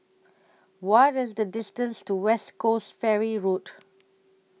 What IS The distance to West Coast Ferry Road